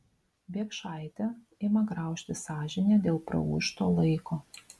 biekšaitę ima graužti sąžinė dėl praūžto laiko